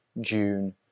June